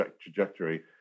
trajectory